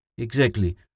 Exactly